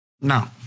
No